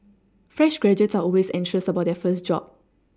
fresh graduates are always anxious about their first job